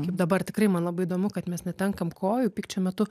kaip dabar tikrai man labai įdomu kad mes netenkam kojų pykčio metu